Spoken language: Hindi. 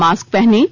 मास्क पहनें